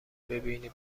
ببینی